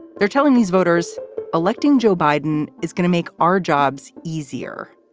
they're telling these voters electing joe biden is going to make our jobs easier